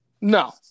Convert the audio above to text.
no